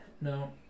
No